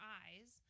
eyes